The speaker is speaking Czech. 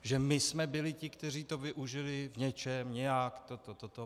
Že my jsme byli ti, kteří to využili v něčem nějak, toto, toto.